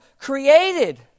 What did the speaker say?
created